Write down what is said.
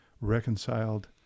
reconciled